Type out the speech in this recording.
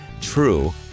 True